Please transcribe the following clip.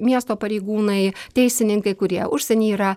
miesto pareigūnai teisininkai kurie užsieny yra